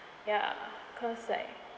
ya cause like